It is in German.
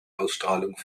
ausstrahlung